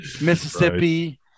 mississippi